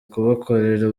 kubakorera